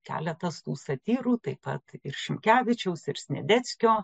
keletas tų satyrų taip pat ir šimkevičiaus ir sniadeckio